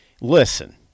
Listen